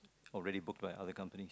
already booked by other company